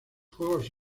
juegos